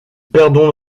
perdons